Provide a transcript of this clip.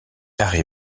harry